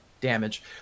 damage